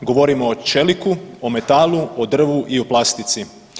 Govorimo o čeliku, o metalu, o drvu i o plastici.